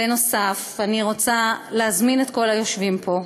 בנוסף, אני רוצה להזמין את כל היושבים פה,